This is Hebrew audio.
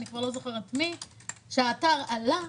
אני כבר לא זוכרת מי - שהאתר עלה,